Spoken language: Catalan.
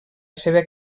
seva